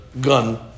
gun